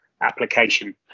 application